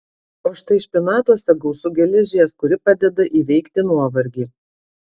o štai špinatuose gausu geležies kuri padeda įveikti nuovargį